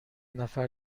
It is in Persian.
نفر